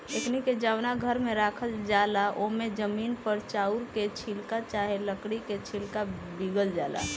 एकनी के जवना घर में राखल जाला ओमे जमीन पर चाउर के छिलका चाहे लकड़ी के छिलका बीगल जाला